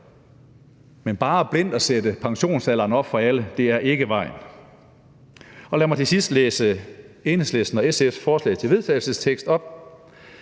Men bare blindt at sætte pensionsalderen op for alle er ikke vejen. Lad mig til sidst læse Enhedslistens og SF's forslag til vedtagelse op: